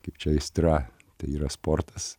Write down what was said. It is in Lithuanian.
kaip čia aistra tai yra sportas